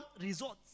results